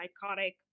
psychotic